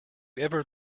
ever